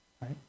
right